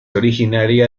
originaria